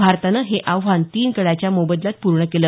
भारतानं हे आव्हानं तीन गड्याच्या मोबदल्यात पूर्ण केलं